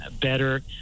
better